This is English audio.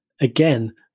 again